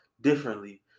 differently